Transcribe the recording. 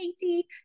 Katie